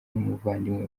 n’umuvandimwe